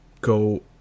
go